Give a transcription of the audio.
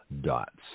dots